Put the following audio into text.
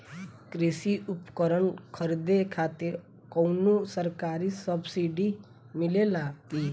कृषी उपकरण खरीदे खातिर कउनो सरकारी सब्सीडी मिलेला की?